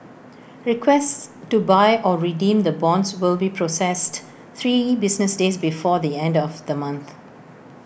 requests to buy or redeem the bonds will be processed three business days before the end of the month